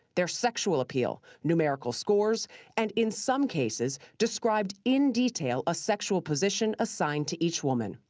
their sexual appeal, numerical scores and in some cases, described in detail a sexual position assigned to each woman.